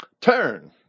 Turn